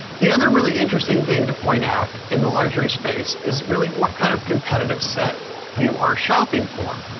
the other really interesting thing to point out in the luxury space is really what kind of competitive set you are shopping for?